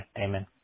Amen